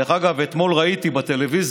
דרך אגב, אתמול ראיתי בטלוויזיה